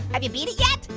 have you beat it yet?